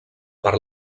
per